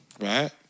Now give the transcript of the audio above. right